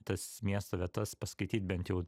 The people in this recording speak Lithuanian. tas miesto vietas paskaityt bent jau